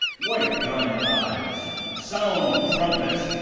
wipe thine eyes sound, trumpets,